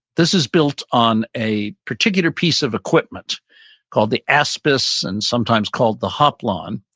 this is built on a particular piece of equipment called the aspice and sometimes called the hoplon,